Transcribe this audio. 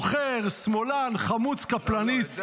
עוכר, שמאלן, חמוץ, קפלניסט.